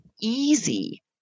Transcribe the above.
easy